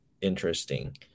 interesting